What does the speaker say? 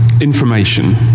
Information